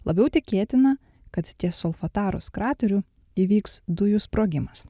labiau tikėtina kad ties solfataros krateriu įvyks dujų sprogimas